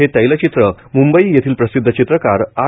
हे तैलचित्र म्ंबई येथील प्रसिद्ध चित्रकार आर